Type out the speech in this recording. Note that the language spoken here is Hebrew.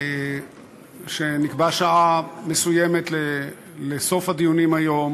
שנקבע שעה מסוימת לסוף הדיונים היום,